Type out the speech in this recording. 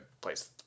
place